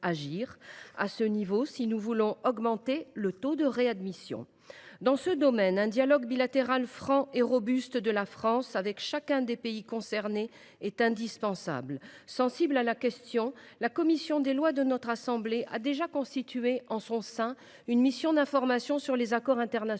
à ce niveau si nous voulons augmenter le taux de réadmission. Dans ce domaine, un dialogue bilatéral franc et robuste de la France avec chacun des pays concernés est indispensable. Sensible à la question, la commission des lois de notre assemblée a déjà constitué en son sein une mission d’information sur les accords internationaux